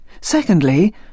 Secondly